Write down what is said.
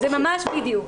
בדיוק.